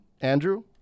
Andrew